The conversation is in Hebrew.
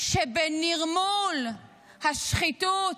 שבנרמול השחיתות